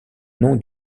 nom